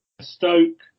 Stoke